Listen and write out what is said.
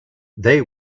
they